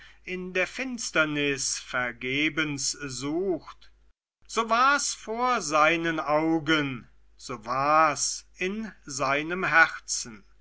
in der finsternis vergebens sucht so war's vor seinen augen so war's in seinem herzen